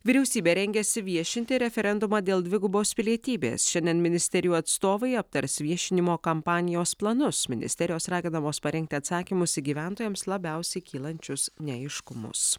vyriausybė rengiasi viešinti referendumą dėl dvigubos pilietybės šiandien ministerijų atstovai aptars viešinimo kampanijos planus ministerijos raginamos parengti atsakymus į gyventojams labiausiai kylančius neaiškumus